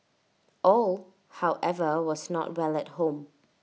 all however was not well at home